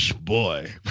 boy